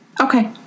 Okay